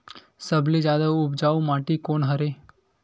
सबले जादा उपजाऊ माटी कोन हरे?